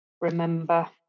remember